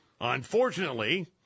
Unfortunately